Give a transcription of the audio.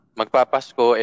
magpapasko